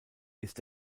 ist